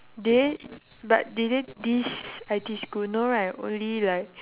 then but did they diss I_T school no right only like